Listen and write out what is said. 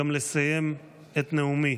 לסיים בהן את נאומי: